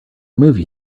movie